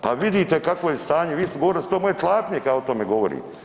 Pa vidite kakvo je stanje, vi ste govorili da su to moje tlapnje kad ja o tome govorim.